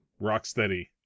Rocksteady